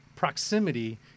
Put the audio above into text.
Proximity